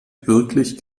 wirklich